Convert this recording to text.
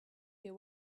hear